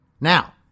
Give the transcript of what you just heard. Now